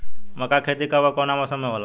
मका के खेती कब ओर कवना मौसम में होला?